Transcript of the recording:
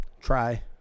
Try